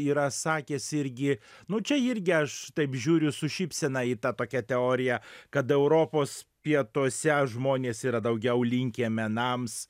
yra sakęs irgi nu čia irgi aš taip žiūriu su šypsena į tą tokią teoriją kad europos pietuose žmonės yra daugiau linkę menams